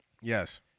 Yes